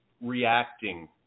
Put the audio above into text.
reacting